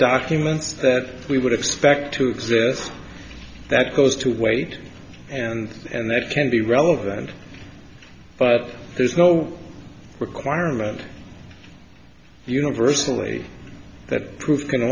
documents that we would expect to exist that goes to weight and and that can be relevant but there's no requirement universally that proof can